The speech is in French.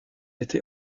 été